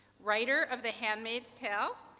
writer of the handmaid's tale,